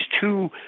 two